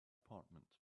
apartment